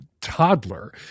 toddler